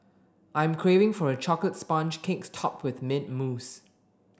I am craving for a chocolate sponge cake topped with mint mousse